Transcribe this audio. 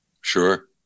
Sure